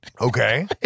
Okay